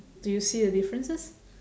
do you see the differences